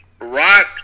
rock